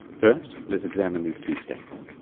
first, let's examine these two states.